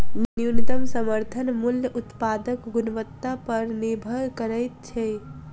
न्यूनतम समर्थन मूल्य उत्पादक गुणवत्ता पर निभर करैत छै